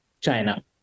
china